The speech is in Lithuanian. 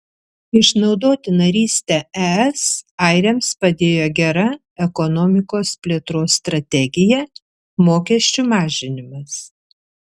išnaudoti narystę es airiams padėjo gera ekonomikos plėtros strategija mokesčių mažinimas